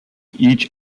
each